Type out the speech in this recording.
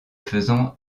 faisant